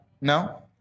No